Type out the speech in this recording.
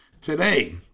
Today